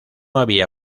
había